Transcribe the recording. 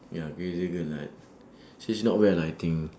ya crazy girl lah she's not well ah I think